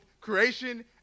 creation